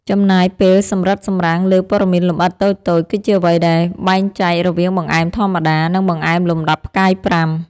ចំណាយពេលសម្រិតសម្រាំងលើព័ត៌មានលម្អិតតូចៗ គឺជាអ្វីដែលបែងចែករវាងបង្អែមធម្មតា និងបង្អែមលំដាប់ផ្កាយប្រាំ។